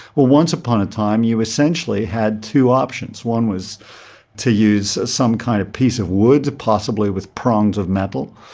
well, once upon a time you essentially had two options. one was to use some kind of piece of wood, possibly with prongs of metal.